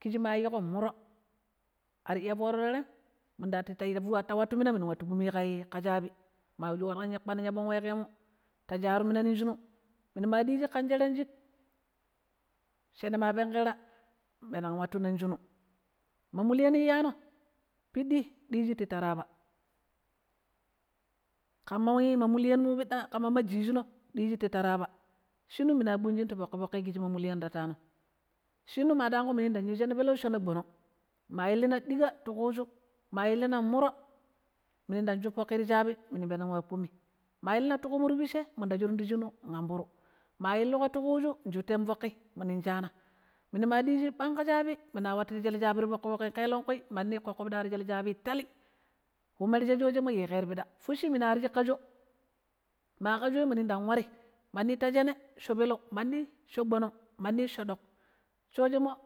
kiji ma yiiƙo muro ar iya furo terem, mintetu teri ya fulat ta watu mina minun wattu kpumi ƙa shaabi ma poori shi ƙpanang ya ɓong weƙemun ta sharu mina nong shinu, minu ma ɗiji ƙan sheran shik shene ma penƙira nwantu nong shinu, ma mulyan iyyano piɗi ɗijii ti taraba ƙamma mulyanno pida ƙanma ma jijino dijii ti taraba shinu minu a ƙpumshin ti foki foki kiji ma mulyan tattunom, shinu ma daangƙo munu ndang yu shene peleu shene gbonong ma illina diiƙa ti kuju, ma illina muro minu ndang shup foƙƙi ti shaabi ɗoi minu peneng wa gɓuumi ma ilina ti ƙumu ta pishe minun ndang shurun foƙi amburu ma illiƙo ti kuju minu shaana minu ma diji ɓang ƙa shaabi mina warshi shele shaabi ti foƙi fokim kelengkui mandi fudi waro shele shaabi koƙƙoi tali mu merje shoje yiƙiro piɗa fusshii minu warshi shele shaabi ƙa shoo, ma ƙa shoo minun dang wari mandi ta sheme sho peleu mandi sho gbonong mandi sho ɗoƙ, sho jimo.